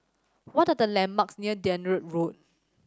what are the landmarks near Dunearn Road